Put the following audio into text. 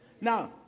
Now